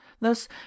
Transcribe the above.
thus